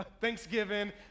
Thanksgiving